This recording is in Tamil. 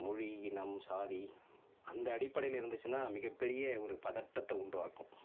மொழி இனம் சாதி அந்த அடிப்படையில் இருந்துச்சுனா மிகப்பெரிய ஒரு பதட்டத்தை உண்டாக்கும்